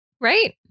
right